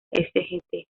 sgt